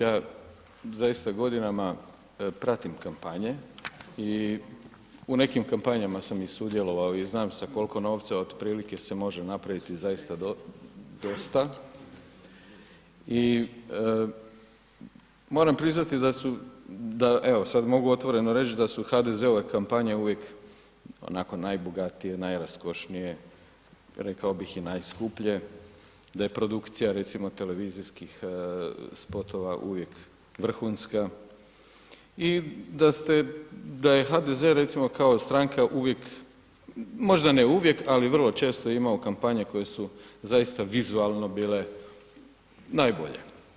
Ja zaista godinama pratim kampanje i u nekim kampanjama sam i sudjelovao i znam sa koliko novca otprilike se može napraviti zaista dosta i moram priznati da su, da evo, sad mogu otvoreno reći da su HDZ-ove kampanje uvijek onako najbogatije, najraskošnije, rekao bih i najskuplje, da je produkcija, recimo televizijskih spotova uvijek vrhunska i da je HDZ, recimo, kao stranka uvijek, možda ne uvijek, ali vrlo često imao kampanje koje su zaista vizualno bile najbolje.